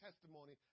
testimony